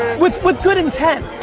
with with good intent.